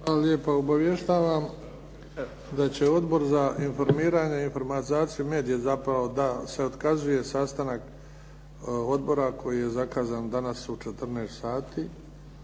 Luka (HDZ)** Hvala lijepa. Obavještavam da će Odbor za informiranje, informatizaciju i medije, zapravo da se otkazuje sastanak odbora koji je zakazan danas u 14 sati